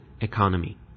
economy